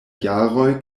jaroj